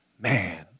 Man